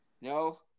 No